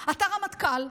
הרמטכ"ל,